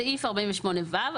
סעיף 48 ו'.